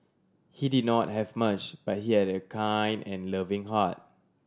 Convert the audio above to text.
he did not have much but he had a kind and loving heart